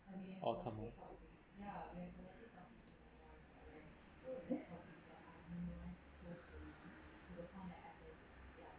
all come in